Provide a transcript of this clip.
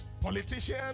politician